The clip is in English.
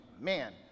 man